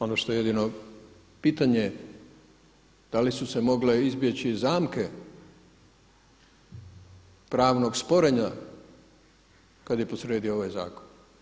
Ono što je jedino pitanje da li su se mogle izbjeći zamke pravnog sporenja kad je posrijedi ovaj zakon?